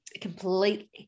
completely